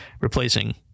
Replacing